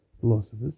philosophers